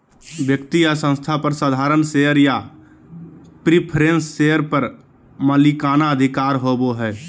व्यक्ति या संस्था पर साधारण शेयर या प्रिफरेंस शेयर पर मालिकाना अधिकार होबो हइ